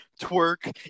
twerk